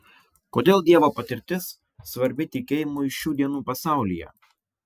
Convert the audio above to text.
kodėl dievo patirtis svarbi tikėjimui šių dienų pasaulyje